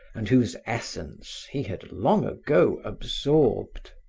and whose essence he had long ago absorbed.